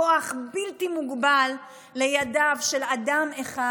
כוח בלתי מוגבל לידיו של אדם אחד,